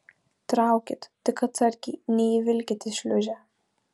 traukit tik atsargiai neįvilkit į šliūžę